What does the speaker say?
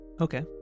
Okay